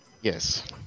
Yes